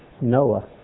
Noah